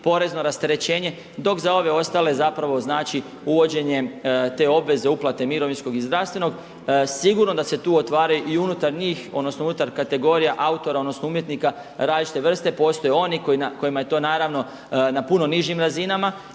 porezno rasterećenje dok za ove ostale zapravo znači uvođenje te obveze uplate mirovinskog i zdravstvenog. Sigurno da se tu otvaraju i unutar njih, odnosno unutar kategorija autora odnosno umjetnika različite vrste. Postoje oni kojima je to naravno na puno nižim razinama